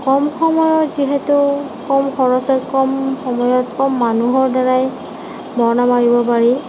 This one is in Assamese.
কম সময়ত যিহেতু কম খৰচত কম সময়ত কম মানুহৰ দ্বাৰাই মৰণা মাৰিব পাৰি